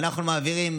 אנחנו מעבירים,